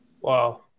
Wow